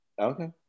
okay